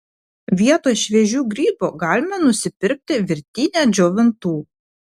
vietoj šviežių grybų galima nusipirkti virtinę džiovintų